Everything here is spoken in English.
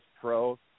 pro